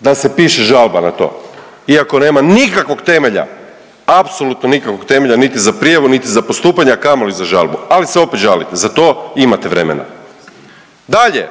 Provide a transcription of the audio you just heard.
da se piše žalba na to iako nema nikakvog temelja, apsolutno nikakvog temelja niti za prijavu niti za postupanje, a kamoli za žalbu, ali se opet žalite. Za to imate vremena. Dalje,